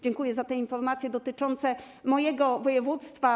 Dziękuję też za te informacje dotyczące mojego województwa.